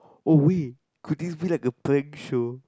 oh we could this be like a prank show